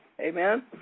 Amen